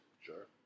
Sure